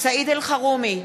סעיד אלחרומי,